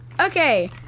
Okay